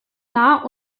nah